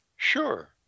Sure